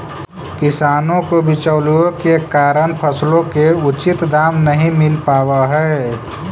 किसानों को बिचौलियों के कारण फसलों के उचित दाम नहीं मिल पावअ हई